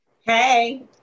Hey